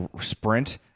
sprint